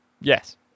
Yes